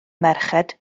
merched